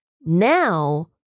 now